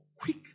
quick